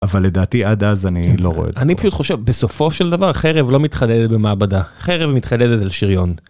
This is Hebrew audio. אבל לדעתי עד אז אני לא רואה את זה. אני פשוט חושב, בסופו של דבר חרב לא מתחדדת במעבדה, חרב מתחדדת על שריון.